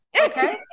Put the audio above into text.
okay